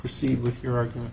proceed with your argument